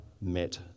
met